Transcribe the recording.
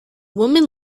woman